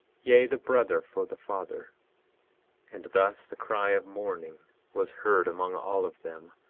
yea, the brother for the father and thus the cry of mourning was heard among all of them,